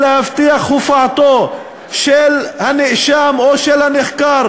של הבטחת הופעתו של הנאשם או של הנחקר